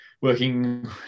working